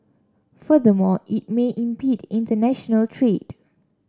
furthermore it may impede international trade